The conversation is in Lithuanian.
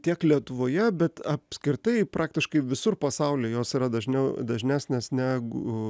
tiek lietuvoje bet apskritai praktiškai visur pasaulyje jos yra dažniau dažnesnės negu